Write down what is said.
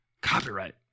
copyright